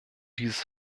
dieses